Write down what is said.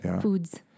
foods